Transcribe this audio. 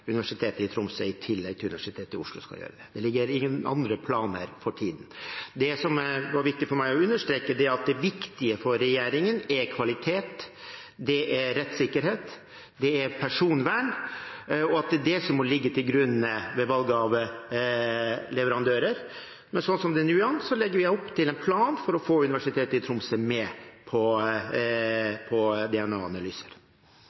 Det foreligger ingen andre planer for tiden. Det som var viktig for meg å understreke, er at det viktige for regjeringen er kvalitet, det er rettssikkerhet, det er personvern – at det er det som må ligge til grunn ved valg av leverandører. Men sånn som det nå ligger an, legger vi opp til en plan for å få Universitetet i Tromsø med på